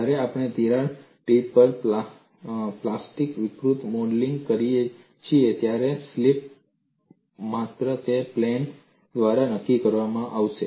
જ્યારે આપણે તિરાડ ટીપ પર પ્લાસ્ટિક વિકૃતિનું મોડેલિંગ કરીએ છીએ ત્યારે સ્લિપ માત્ર તે પ્લેન દ્વારા નક્કી કરવામાં આવશે